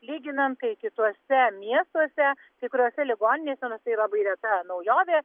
lyginant kai kituose miestuose kai kuriose ligoninėse tai labai reta naujovė